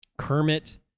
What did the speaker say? Kermit